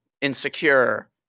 insecure